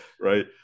Right